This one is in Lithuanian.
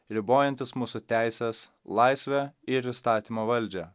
ribojantis mūsų teises laisvę ir įstatymo valdžią